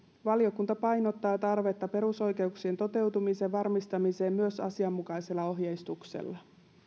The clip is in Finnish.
valiokunta painottaa tarvetta perusoikeuksien toteutumisen varmistamiseen myös asianmukaisella ohjeistuksella